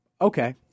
Okay